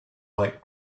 like